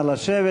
נא לשבת,